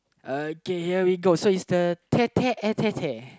uh okay here we go so it's the Tete A Tete